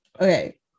Okay